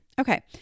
Okay